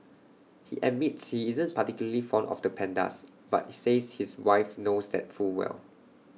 he admits he isn't particularly fond of the pandas but says his wife knows that full well